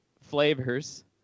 flavors